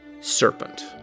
Serpent